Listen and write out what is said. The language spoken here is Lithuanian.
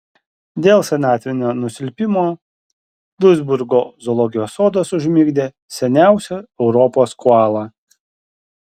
dėl senatvinio nusilpimo duisburgo zoologijos sodas užmigdė seniausią europos koalą